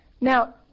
Now